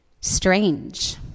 strange